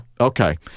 Okay